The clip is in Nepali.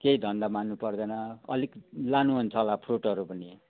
केही धन्दा मान्नु पर्दैन अलिक लानुहुन्छ होला फ्रुटहरू पनि